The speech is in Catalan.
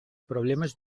problemes